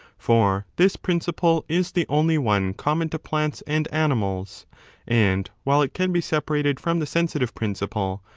for this principle is the only one common to plants and animals and, while it can be separated from the sensitive principle,